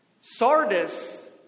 Sardis